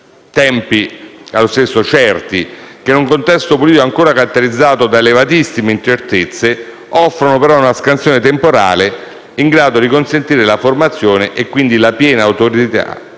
settembre; tempi certi che in un contesto politico ancora caratterizzato da elevatissime incertezze offrono però una scansione temporale in grado di consentire la formazione e, quindi, la piena operatività